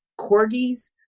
Corgis